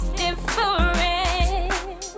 different